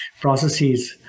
processes